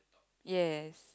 yes